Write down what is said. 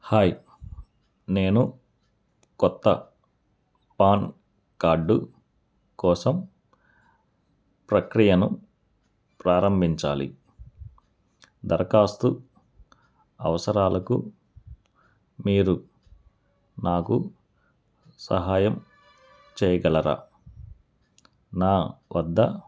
hi నేను కొత్త PAN card కోసం ప్రక్రియను ప్రారంభించాలి దరఖాస్తు అవసరాలకు మీరు నాకు సహాయం చెయ్యగలరా నా వద్ద